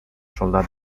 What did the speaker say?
soldat